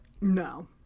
No